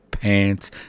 pants